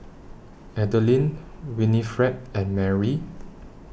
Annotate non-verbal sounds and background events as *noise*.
Adelyn Winifred and Marry *noise*